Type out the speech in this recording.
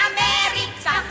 America